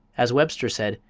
as webster said,